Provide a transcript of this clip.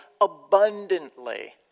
abundantly